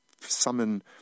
summon